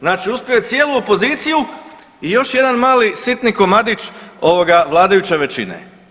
Znači uspio je cijelu opoziciju i još jedan mali sitni komadić ovoga vladajuće većine.